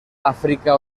áfrica